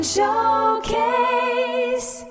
Showcase